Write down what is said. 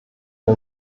wir